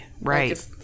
right